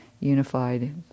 unified